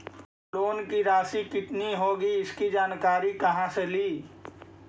Loan की रासि कितनी होगी इसकी जानकारी कहा से ली?